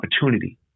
opportunity